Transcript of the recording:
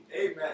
Amen